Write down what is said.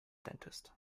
dentist